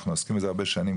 אנחנו עוסקים בזה הרבה שנים,